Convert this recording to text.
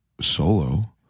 solo